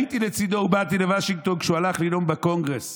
הייתי לצידו ובאתי לוושינגטון כשהוא הלך לנאום בקונגרס,